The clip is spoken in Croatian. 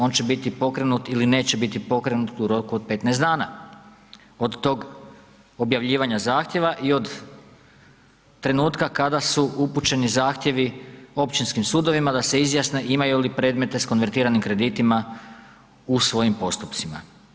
On će biti pokrenut ili neće bit pokrenut u roku od 15 dana od tog objavljivanja zahtjeva i od trenutka kada su upućeni zahtjevi općinskim sudovima da se izjasne imaju li predmete s konvertiranim kreditima u svojim postupcima.